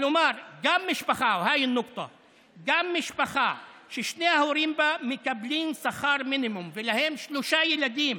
כלומר גם משפחה ששני ההורים בה מקבלים שכר מינימום ולהם שלושה ילדים